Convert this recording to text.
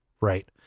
Right